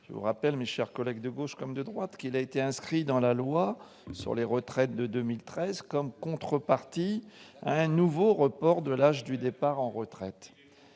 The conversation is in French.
Je vous rappelle, chers collègues de gauche comme de droite, qu'il a été inscrit dans la loi sur les retraites de 2013 comme une contrepartie d'un nouveau recul de l'âge du départ à la retraite.